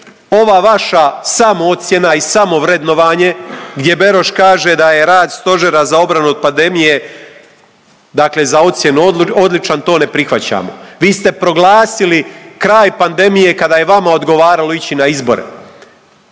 ova vaša samoocjena i samovrednovanje gdje Beroš kaže da je rad stožera za obranu od pandemije dakle za ocjenu odličan, to ne prihvaćamo. Vi ste proglasili kraj pandemije kada je vama odgovaralo ići na izbore.